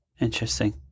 Interesting